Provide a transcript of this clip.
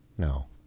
No